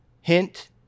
Hint